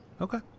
Okay